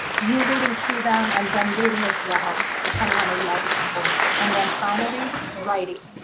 you reading to them, and them reading as well, depending on their level, of course. and then, finally writing.